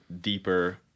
deeper